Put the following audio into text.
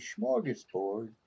smorgasbord